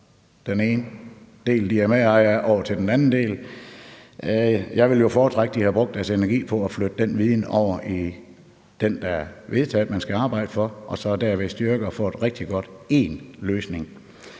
den ene del, de er medejer af, over til den anden del. Jeg ville jo foretrække, at de havde brugt deres energi på at flytte den viden over i den del, det er vedtaget at man skal arbejde for, og så derved styrke én løsning,